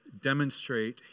demonstrate